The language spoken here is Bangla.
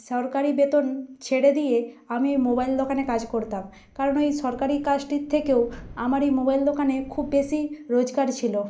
সরকারি বেতন ছেড়ে দিয়ে আমি ওই মোবাইল দোকানে কাজ করতাম কারণ ওই সরকারি কাজটির থেকেও আমার ওই মোবাইল দোকানে খুব বেশি রোজগার ছিল